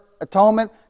atonement